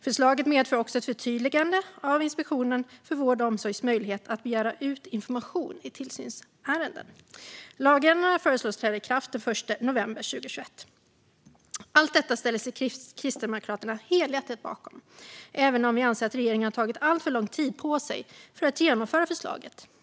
Förslaget medför också ett förtydligande av möjligheterna för Inspektionen för vård och omsorg att begära ut information i tillsynsärenden. Lagändringarna föreslås träda i kraft den 1 november 2021. Allt detta ställer sig Kristdemokraterna helhjärtat bakom, även om vi anser att regeringen har tagit alltför lång tid på sig för att genomföra förslaget.